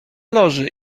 loży